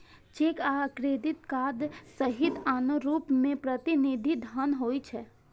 cheque आ credit card सहित आनो रूप मे प्रतिनिधि धन होइ छै